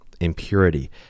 impurity